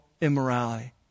immorality